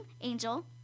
Angel